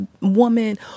woman